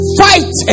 fight